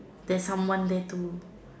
there's someone there too